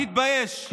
תתבייש.